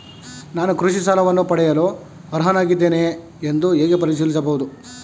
ನಾನು ಕೃಷಿ ಸಾಲವನ್ನು ಪಡೆಯಲು ಅರ್ಹನಾಗಿದ್ದೇನೆಯೇ ಎಂದು ಹೇಗೆ ಪರಿಶೀಲಿಸಬಹುದು?